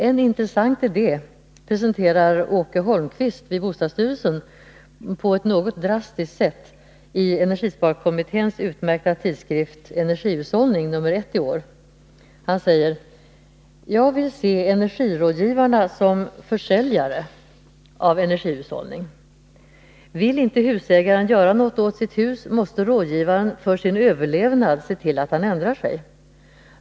En intressant idé presenterar Åke Holmqvist vid bostadsstyrelsen på ett något drastiskt sätt i energisparkommitténs utmärkta tidskrift Energihushållning, nr 1 i år: ”Jag vill se energirådgivaren som en försäljare av energihushållning. ——-— Vill inte husägaren göra något åt sitt hus måste rådgivaren för sin överlevnad se till att han ändrar sig.